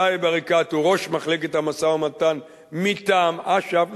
סאיב עריקאת הוא ראש מחלקת המשא-ומתן מטעם אש"ף,